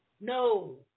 No